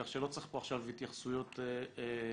כך שלא צריך עכשיו התייחסויות ארוכות.